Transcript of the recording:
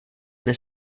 dne